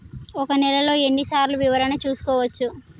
ఒక నెలలో ఎన్ని సార్లు వివరణ చూసుకోవచ్చు?